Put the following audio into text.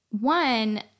one